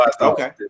okay